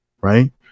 right